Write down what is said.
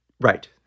Right